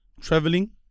traveling